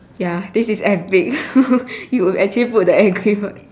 ya this is epic you actually put the angry bird